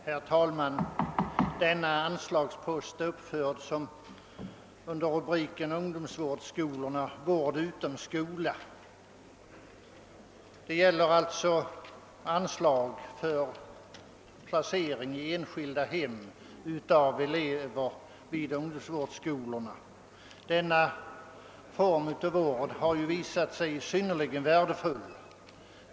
Herr talman! Denna anslagspost har rubriken Ungdomsvårdsskolorna: Vård utom skola. Det gäller alltså anslag för placering i enskilda hem av elever vid ungdomsvårdsskolorna. Denna form av vård har ju visat sig synnerligen värdefull.